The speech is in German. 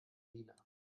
diener